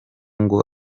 ngo